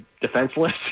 defenseless